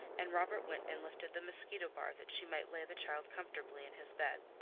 and robert went and lifted the mosquito bar that she might lay the child comfortably in his bed.